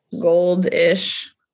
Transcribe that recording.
gold-ish